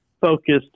focused